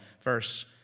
verse